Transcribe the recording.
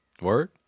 Word